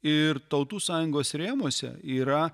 ir tautų sąjungos rėmuose yra